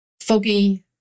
foggy